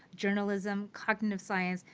journalism, cognitive science,